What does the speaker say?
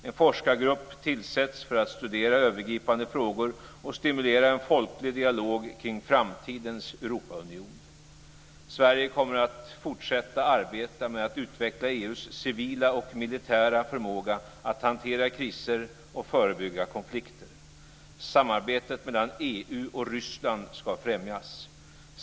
En forskargrupp tillsätts för att studera övergripande frågor och stimulera en folklig dialog kring framtidens Europaunion. Sverige kommer att fortsätta arbeta med att utveckla EU:s civila och militära förmåga att hantera kriser och förebygga konflikter. Samarbetet mellan EU och Ryssland ska främjas.